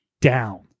down